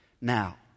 now